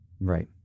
right